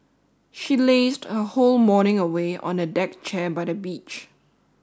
she lazed her whole morning away on a deck chair by the beach